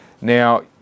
Now